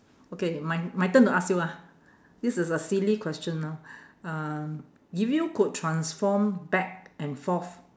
okay my my turn to ask you ah this is a silly question ah um if you could transform back and forth